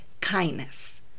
kindness